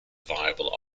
viable